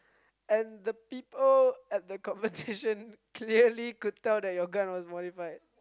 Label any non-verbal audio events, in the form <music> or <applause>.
and the people at the competition <laughs> clearly could tell that you gun as modified